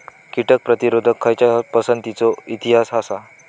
कीटक प्रतिरोधक खयच्या पसंतीचो इतिहास आसा?